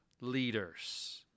leaders